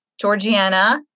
Georgiana